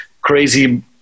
crazy